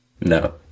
No